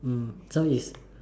mm so it's